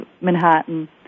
Manhattan